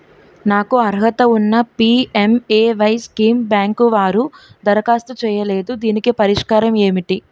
నాకు అర్హత ఉన్నా పి.ఎం.ఎ.వై స్కీమ్ బ్యాంకు వారు దరఖాస్తు చేయలేదు దీనికి పరిష్కారం ఏమిటి?